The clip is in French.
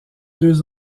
deux